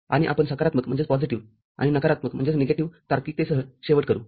आणि आपण सकारात्मक आणि नकारात्मक तार्किकतेसह शेवट करू